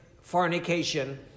fornication